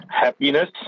Happiness